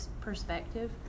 perspective